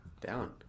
Down